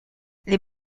les